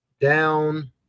down